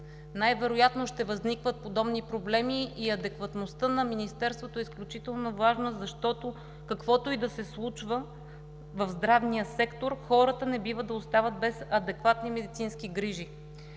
най-вероятно ще възникват подобни проблеми и адекватността на Министерството е изключително важна, защото, каквото и да се случва в здравния сектор, хората не бива да остават без адекватни медицински грижи.